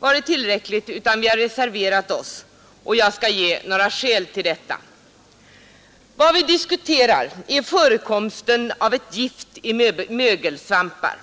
varit tillräckligt. Vi har reserverat oss, och jag skall ge några skäl till detta. Vad vi diskuterar är förekomsten av ett gift i mögelsvampar.